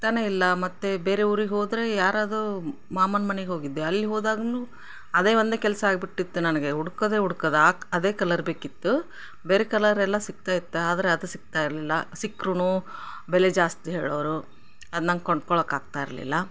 ಸಿಗ್ತಾನೆ ಇಲ್ಲ ಮತ್ತು ಬೇರೆ ಊರಿಗೆ ಹೋದರೆ ಯಾರಾದರೂ ಮಾಮನ ಮನೆಗೆ ಹೋಗಿದ್ದೆ ಅಲ್ಲಿ ಹೋದಾಗೂ ಅದೇ ಒಂದೇ ಕೆಲಸ ಆಗ್ಬಿಟ್ಟಿತ್ತು ನನಗೆ ಹುಡುಕೋದೇ ಹುಡ್ಕೋದ್ ಆ ಅದೇ ಕಲರ್ ಬೇಕಿತ್ತು ಬೇರೆ ಕಲರ್ ಎಲ್ಲ ಸಿಕ್ತಾ ಇತ್ತು ಆದರೆ ಅದು ಸಿಕ್ತಾ ಇರಲಿಲ್ಲ ಸಿಕ್ರೂ ಬೆಲೆ ಜಾಸ್ತಿ ಹೇಳೋರು ಅದು ನಂಗೆ ಕೊಂಡ್ಕೊಳ್ಳೋಕೆ ಆಗ್ತಾ ಇರಲಿಲ್ಲ